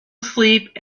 asleep